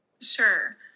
Sure